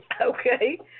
Okay